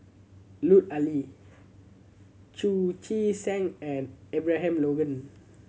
Lut Ali Chu Chee Seng and Abraham Logan